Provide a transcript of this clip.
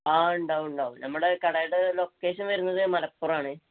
ആ ഉണ്ടാവും ഉണ്ടാവും നമ്മുടെ കടയുടെ ലൊക്കേഷൻ വരുന്നത് മലപ്പുറം ആണ്